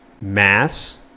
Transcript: Mass